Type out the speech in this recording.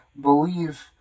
believe